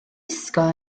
wisgo